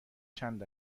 چند